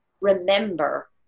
remember